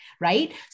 right